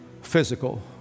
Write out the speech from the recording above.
physical